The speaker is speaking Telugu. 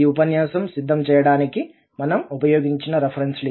ఈ ఉపన్యాసం సిద్ధం చేయడానికి మనము ఉపయోగించిన రెఫరెన్సెలు ఇవి